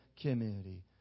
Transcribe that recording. community